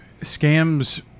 scams